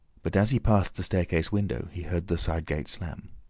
but as he passed the staircase window, he heard the side gate slam.